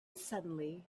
suddenly